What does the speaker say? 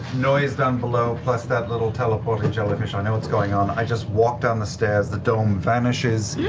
noise down below plus that little teleporting jellyfish, i know what's going on, i just walk down the stairs, the dome vanishes,